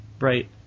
right